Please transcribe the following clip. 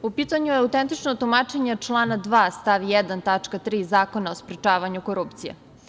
U pitanju je autentično tumačenje člana 2. stav 1. tačka 3. Zakona o sprečavanju korupcije.